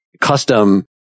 custom